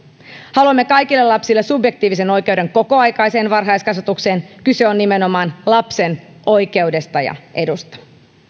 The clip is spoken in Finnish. haluamme kaikille lapsille subjektiivisen oikeuden kokoaikaiseen varhaiskasvatukseen kyse on nimenomaan lapsen oikeudesta ja edusta